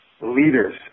leaders